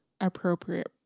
appropriate